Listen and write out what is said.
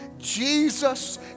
Jesus